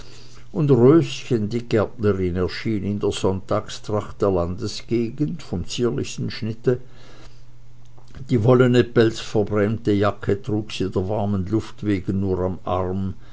und röschen die gärtnerin erschien in der sonntagstracht der landesgegend vom zierlichsten schnitte die wollene pelzverbrämte jacke trug sie der warmen luft wegen nur am arme